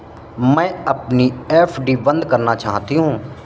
मैं अपनी एफ.डी बंद करना चाहती हूँ